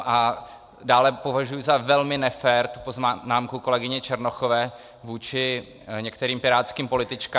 A dále považuji za velmi nefér poznámku kolegyně Černochové vůči některým pirátským političkám.